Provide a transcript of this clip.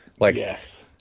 yes